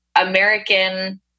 American